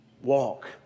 Walk